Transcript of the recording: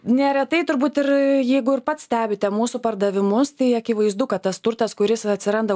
neretai turbūt ir jeigu ir pats stebite mūsų pardavimus tai akivaizdu kad tas turtas kuris atsiranda